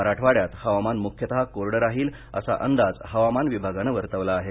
मराठवाड्यात हवामान मुख्यतः कोरडं राहील असा अंदाज हवामान विभागानं वर्तवला आहे